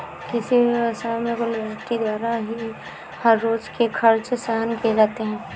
किसी भी व्यवसाय में लिक्विडिटी द्वारा ही हर रोज के खर्च सहन किए जाते हैं